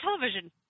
television